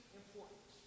important